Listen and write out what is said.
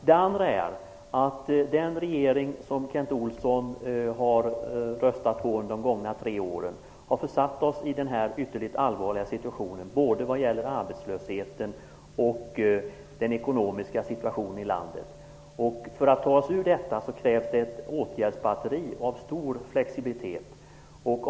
Den regering som Kent Olsson har röstat på under de gångna tre åren har försatt oss i den här ytterligt allvarliga situationen när det gäller både arbetslösheten och den ekonomiska utvecklingen i landet. Det krävs ett åtgärdsbatteri med stor flexibilitet för att ta oss ur den.